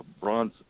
Bronze